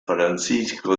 francisco